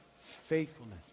faithfulness